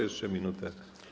Jeszcze minuta.